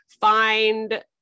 Find